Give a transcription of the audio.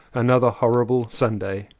another horrible sunday.